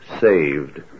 saved